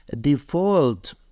default